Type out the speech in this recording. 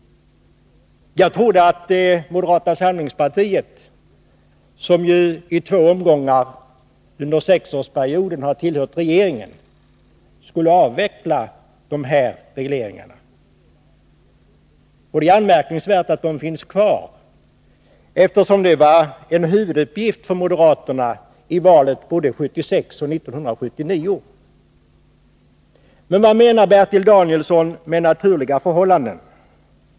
Jag trodde att moderata samlingspartiet, som ju i två omgångar under den gångna sexårsperioden har tillhört regeringen, skulle avveckla dessa regleringar. Det är anmärkningsvärt att de finns kvar, eftersom avveckling av dessa regleringar var en huvuduppgift för moderaterna både i valet 1976 och i valet 1979. Men vad menar Bertil Danielsson med naturliga förhållanden?